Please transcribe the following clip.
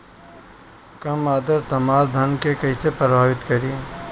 कम आद्रता हमार धान के कइसे प्रभावित करी?